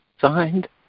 Signed